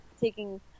taking